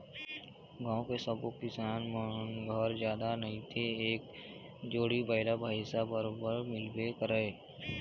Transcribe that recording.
गाँव के सब्बो किसान मन घर जादा नइते एक एक जोड़ी बइला भइसा बरोबर मिलबे करय